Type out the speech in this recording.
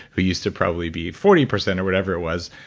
we use to probably be forty percent or whatever it was,